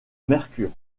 mercure